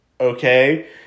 Okay